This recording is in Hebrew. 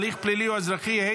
נעבור לנושא הבא על סדר-היום,